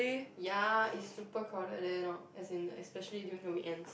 ya it's super crowded there lor as in especially during the weekends